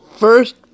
first